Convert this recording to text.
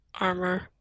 Armor